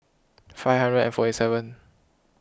five hundred and forty seven